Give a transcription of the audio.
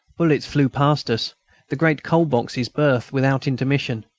bullets flew past us the great coal-boxes burst without intermission.